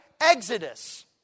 Exodus